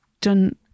done